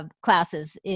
classes